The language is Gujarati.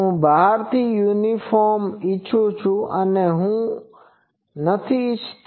હું બહારથી યુનિફોર્મ ઈચ્છું છું અને આ હું નથી ઇચ્છતો